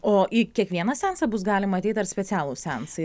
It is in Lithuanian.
o į kiekvieną seansą bus galima ateit ar specialūs seansai